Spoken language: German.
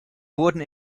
wurden